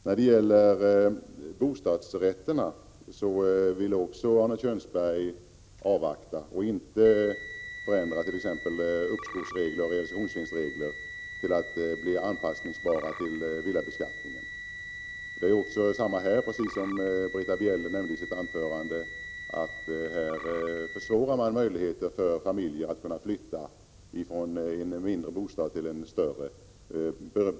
När det gäller bostadsrätterna vill Arne Kjörnsberg också avvakta och inte förändra t.ex. uppskovsregler och realisationsvinstsregler så att de blir anpassningsbara till villabeskattningen. Det är samma sak här, precis som Britta Bjelle nämnde i sitt anförande, att man genom skattekonsekvenserna försvårar möjligheterna för familjer att flytta från en mindre bostad till en större.